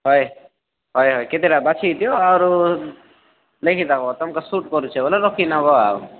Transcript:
ହଏ ହଏ କେତେଟା ବାଛିଦିଅ ଆରୁ ନେଇକି ଦେଖ ତମକେ ସୁଟ୍ କରୁଛେ ବୋଲେ ରଖିନେବା